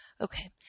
Okay